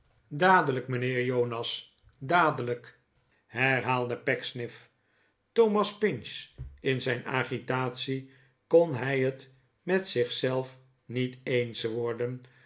dadelijk mijnheer jonas dadelijk herhaalde pecksniff r thomas pinch in zijn agitatie kon hij het met zich zelf niet eens worden